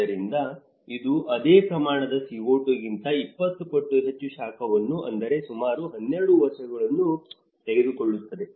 ಆದ್ದರಿಂದ ಇದು ಅದೇ ಪ್ರಮಾಣದ CO2 ಗಿಂತ 20 ಪಟ್ಟು ಹೆಚ್ಚು ಶಾಖವನ್ನು ಅಂದರೆ ಸುಮಾರು 12 ವರ್ಷಗಳನ್ನು ತೆಗೆದುಕೊಳ್ಳುತ್ತದೆ